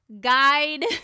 guide